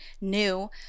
new